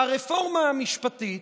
הרפורמה המשפטית